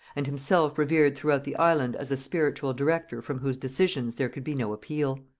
and himself revered throughout the island as a spiritual director from whose decisions there could be no appeal.